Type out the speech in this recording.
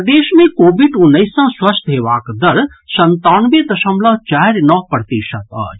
प्रदेश मे कोविड उन्नैस सँ स्वस्थ हेबाक दर संतानवे दशमलव चारि नओ प्रतिशत अछि